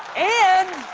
and